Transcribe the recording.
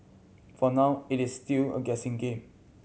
for now it is still a guessing game